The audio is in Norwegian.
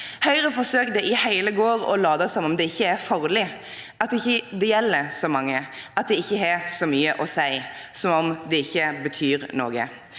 Høyre forsøkte i hele går å late som om det ikke er farlig, at det ikke gjelder så mange, at det ikke har så mye å si, som om det ikke betyr noe.